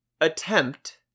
Attempt